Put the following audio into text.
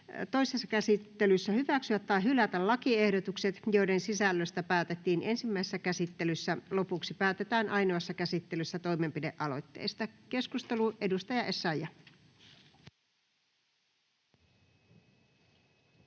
toisessa käsittelyssä hyväksyä tai hylätä lakiehdotukset, joiden sisällöstä päätettiin ensimmäisessä käsittelyssä. Lopuksi päätetään ainoassa käsittelyssä toimenpidealoitteista. — Keskustelu, edustaja Essayah.